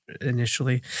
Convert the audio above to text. initially